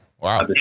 Wow